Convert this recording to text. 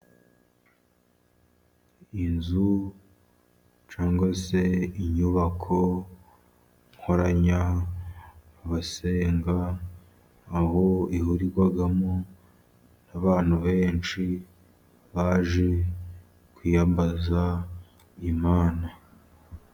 Inzu cyangwa se inyubako nkoranyabasenga, aho ihurirwamo n'abantu benshi baje kwiyambaza Imana.